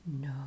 No